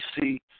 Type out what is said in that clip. see